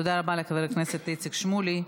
תודה רבה לחבר הכנסת איציק שמולי.